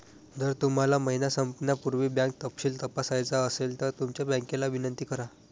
जर तुम्हाला महिना संपण्यापूर्वी बँक तपशील तपासायचा असेल तर तुमच्या बँकेला विनंती करा